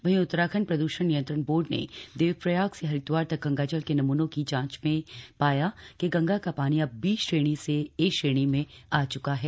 वहीं उत्तराखंड प्रद्षण नियंत्रण बोर्ड ने देवप्रयाग से हरिद्वार तक गंगाजल के नमूनों की जांच में पाया की गंगा का पानी अब बी श्रेणी से ए श्रेणी में आ चुका है